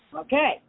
Okay